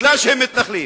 כי הם מתנחלים.